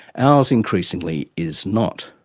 ours increasingly is not.